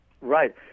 Right